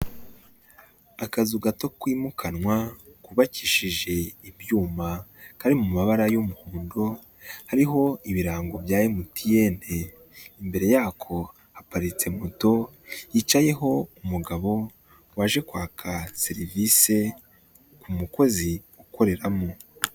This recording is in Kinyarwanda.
Akazu gato kimukanwa kubakishije ibyuma, kari mu mabara y'umuhondo hariho ibirango bya MTN, imbere yako haparitse moto yicayeho umugabo waje kwaka serivisi ku mukozi ukoreramo.